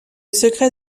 secret